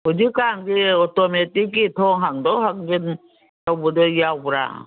ꯍꯧꯖꯤꯛ ꯀꯥꯟꯒꯤ ꯑꯣꯇꯣꯃꯦꯇꯤꯛꯀꯤ ꯊꯣꯡ ꯍꯥꯡꯗꯣꯛ ꯍꯥꯡꯖꯤꯟ ꯇꯧꯕꯗꯣ ꯌꯥꯎꯕ꯭ꯔꯥ